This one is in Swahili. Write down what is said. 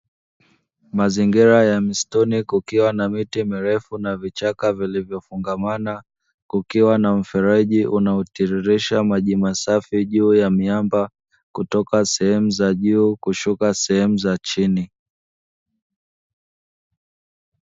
Mazingira ya msituni kukiwa na miti mirefu na vichaka vilivyofungamana kukiwa na mfereji unaotiririsha maji masafi juu ya miamba kutoka sehemu za juu kushuka sehemu za chini.